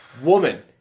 woman